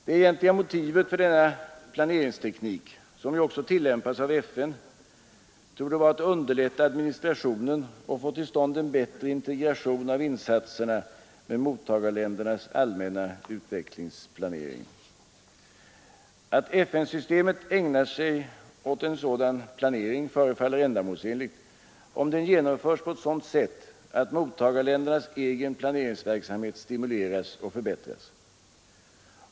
Det egentliga motivet för den nya planeringstekniken, som ju även tillämpas av FN, torde vara att underlätta administrationen och få till stånd en bättre integration av insatserna med mottagarländernas allmänna utvecklingsplaner. Att FN-systemet ägnar sig åt en sådan planering förefaller ändamålsenligt, om den genomförs på ett sådant sätt att mottagarländernas egen planeringsverksamhet stimuleras och förbättras.